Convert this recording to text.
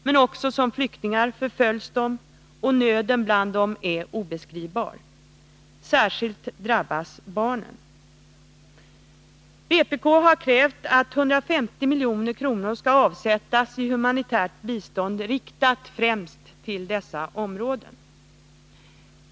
Men också flyktingarna förföljs, och nöden bland dem är obeskrivbar. Särskilt drabbas barnen. Vpk har krävt att 150 milj.kr. skall avsättas i humanitärt bistånd riktat främst till dessa områden.